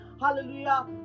Hallelujah